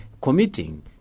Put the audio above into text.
committing